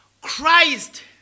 Christ